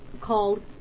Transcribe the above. called